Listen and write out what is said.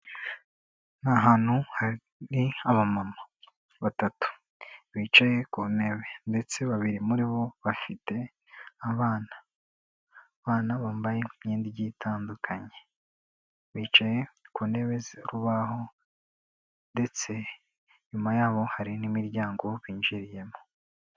Ni hantu hari ni abamama batatu bicaye ku ntebe ndetse babiri muri bo bafite abana, abana bambaye imyenda igiye itandukanye, bicaye ku ntebe z'urubaho ndetse inyuma yaho hari n'imiryango binjiriyemo.